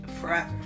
forever